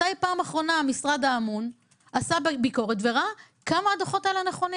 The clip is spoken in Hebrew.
מתי בפעם האחרונה המשרד האמון עשה ביקורת וראה כמה הדוחות האלה נכונים?